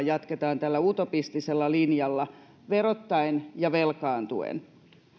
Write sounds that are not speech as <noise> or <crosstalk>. <unintelligible> jatketaan tällä utopistisella linjalla verottaen ja velkaantuen